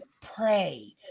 pray